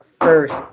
first